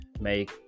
make